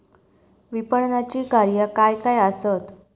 विपणनाची कार्या काय काय आसत?